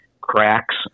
cracks